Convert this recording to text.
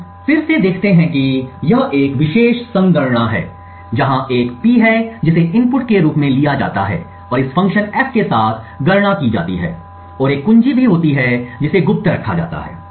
हम फिर से देखते हैं कि यह एक विशेष संगणना है जहां एक P है जिसे इनपुट के रूप में लिया जाता है और इस फ़ंक्शन F के साथ गणना की जाती है और एक कुंजी भी होती है जिसे गुप्त रखा जाता है